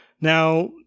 Now